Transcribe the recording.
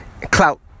Clout